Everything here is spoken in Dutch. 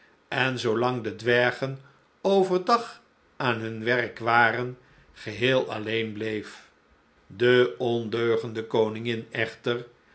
en zoo lang de dwergen over dag aan hun werk waren geheel alleen bleef de ondeugende koningin echter